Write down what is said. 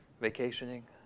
vacationing